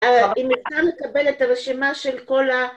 אפשר לקבל את הרשימה של כל ה...